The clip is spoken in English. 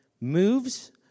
moves